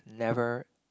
never